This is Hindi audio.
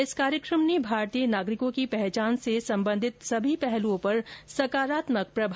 इस कार्यक्रम ने भारतीय नागरिकों की पहचान से संबंधित सभी पहलुओं पर सकारात्मक प्रभाव डाला है